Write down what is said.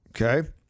Okay